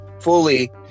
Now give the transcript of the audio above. fully